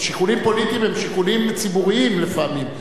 שיקולים פוליטיים הם שיקולים ציבוריים לפעמים,